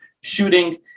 shooting